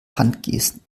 handgesten